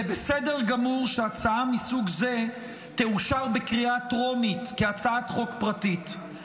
זה בסדר גמור שהצעה מסוג זה תאושר בקריאה טרומית כהצעת חוק פרטית,